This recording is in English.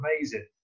amazing